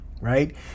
right